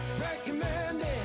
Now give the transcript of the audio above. recommended